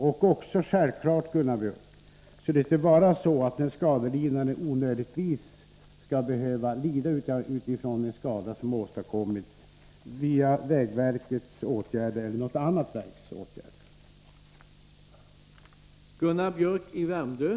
Det är också självklart, Gunnar Biörck, att en skadelidande inte onödigtvis skall behöva lida av en skada som förorsakats av vägverkets eller något annat verks åtgärder.